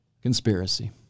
conspiracy